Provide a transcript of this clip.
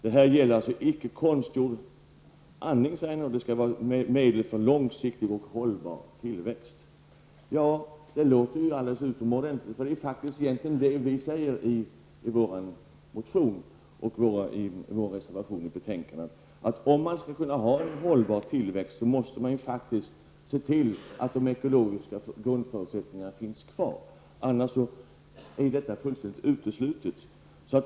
Arne Kjörnsberg säger att det här inte är fråga om konstgjord andning, utan att det skall vara medel för en långsiktig och hållbar tillväxt. Ja, det låter alldeles utmärkt, och det är ju egentigen det vi säger i vår motion och i vår reservation till betänkandet. Om man skall kunna ha en hållbar tillväxt, måste man faktiskt se till att de ekologiska grundförutsättningarna finns kvar, eftersom detta annars är fullständigt uteslutet.